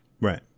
right